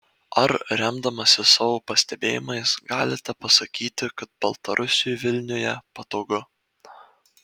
ar remdamasis savo pastebėjimais galite pasakyti kad baltarusiui vilniuje patogu